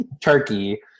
turkey